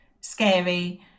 scary